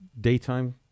Daytime